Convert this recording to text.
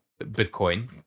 Bitcoin